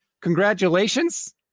congratulations